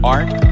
Art